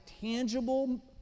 tangible